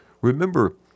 Remember